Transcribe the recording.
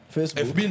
Facebook